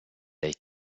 they